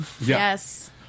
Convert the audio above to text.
Yes